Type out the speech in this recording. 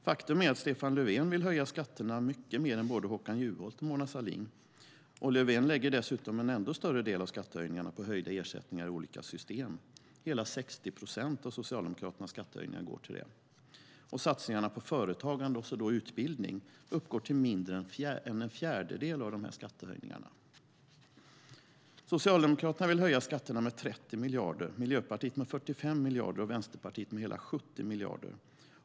Faktum är att Stefan Löfven vill höja skatterna mycket mer än både Håkan Juholt och Mona Sahlin. Löfven lägger dessutom en ännu större del av skattehöjningarna på höjda ersättningar i olika system. Hela 60 procent av Socialdemokraternas skattehöjningar går till detta. Satsningarna på företagande och utbildning uppgår till mindre än en fjärdedel av skattehöjningarna. Socialdemokraterna vill höja skatterna med 30 miljarder, Miljöpartiet med 45 miljarder och Vänsterpartiet med hela 70 miljarder.